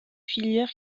filière